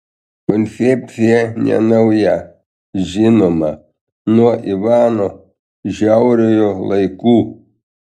koncepcija nenauja žinoma nuo ivano žiauriojo laikų